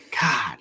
god